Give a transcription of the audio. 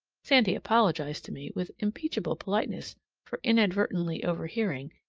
sandy apologized to me with unimpeachable politeness for inadvertently overhearing,